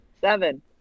Seven